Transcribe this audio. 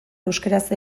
euskaraz